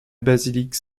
basilique